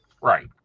Right